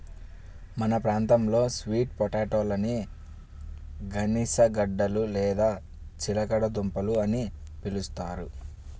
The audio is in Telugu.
మన ప్రాంతంలో స్వీట్ పొటాటోలని గనిసగడ్డలు లేదా చిలకడ దుంపలు అని పిలుస్తారు